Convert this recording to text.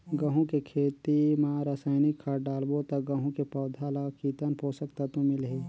गंहू के खेती मां रसायनिक खाद डालबो ता गंहू के पौधा ला कितन पोषक तत्व मिलही?